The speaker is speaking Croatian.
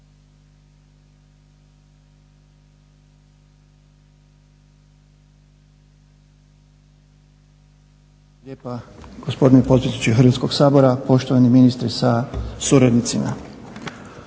Hrvatskoga sabora. Poštovani ministre sa suradnicima.